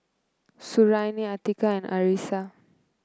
Suriani Atiqah and Arissa